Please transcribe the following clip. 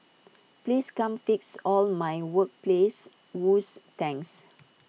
please come fix all my workplace woes thanks